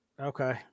Okay